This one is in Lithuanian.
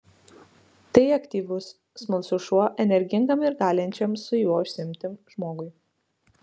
tai aktyvus smalsus šuo energingam ir galinčiam su juo užsiimti žmogui